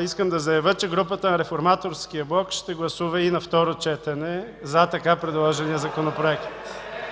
искам да заявя, че групата на Реформаторския блок ще гласува и на второ четене за така предложения законопроект.